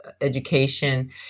education